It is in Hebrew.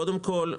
קודם כול,